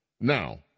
Now